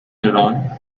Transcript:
iran